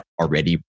already